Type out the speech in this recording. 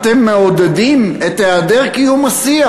אתם מעודדים את היעדר השיח.